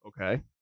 Okay